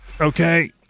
Okay